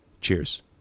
Cheers